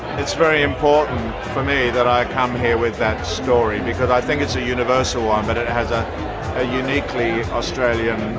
it's very important for me that i come here with that story because i think it's a universal one, but it has ah a uniquely australian